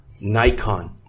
Nikon